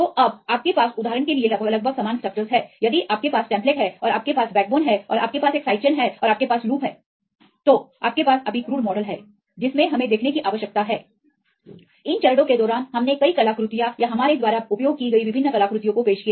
तो अब आपके पास उदाहरण के लिए लगभग समान स्ट्रक्चरस हैं यदि आपके पास टेम्पलेट है और आपके पास बैकबोन है और आपके पास एक साइड चेन है और आपके पास लूप है तो आपके पास अभी क्रूड मॉडल है जिसमे हमें देखने की आवश्यकता है इन चरणों के दौरान हमने कई कलाकृतियों या हमारे द्वारा उपयोग की गई विभिन्न कलाकृतियों को पेश किया